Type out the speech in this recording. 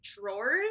drawers